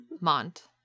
Mont